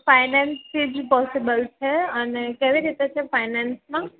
ફાઇનાન્સથી be possible છે અને કેવી રીતે છે ફાઈનાન્સમાં